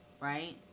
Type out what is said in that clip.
right